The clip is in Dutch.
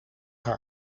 haar